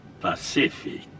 pacific